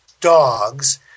dogs